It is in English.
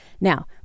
Now